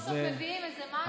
סוף-סוף מביאים איזה משהו,